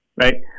right